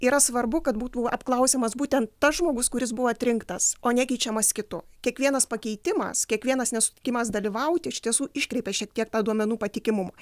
yra svarbu kad būtų apklausiamas būtent tas žmogus kuris buvo atrinktas o ne keičiamas kitu kiekvienas pakeitimas kiekvienas nesutikimas dalyvauti iš tiesų iškreipia šiek tiek duomenų patikimumo